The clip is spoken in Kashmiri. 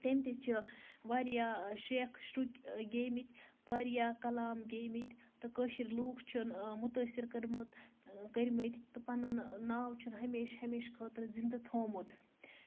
تٔمۍ تہِ چھِ واریاہ شیخ شرُکۍ گیٚومٕتۍ واریاہ کَلام گیٚومٕتۍ تہٕ کٲشِر لوٗکھ چھِن مُتٲثر کٔرمُت کٔرۍمٕتۍ تہٕ پَنُن ناو چھُن ہَمیشہٕ ہَمیشہٕ خٲطرٕ زِندٕ تھوٚومُت